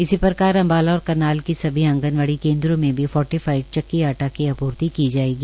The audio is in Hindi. इसी प्रकार अम्बाला और करनाल की सभी आंगनवाड़ी केन्द्रों में भी फोर्टिफाइड चक्की आटा की आपूर्ति की जाएगी